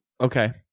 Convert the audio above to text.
Okay